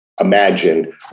imagine